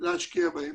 להשקיע בהן.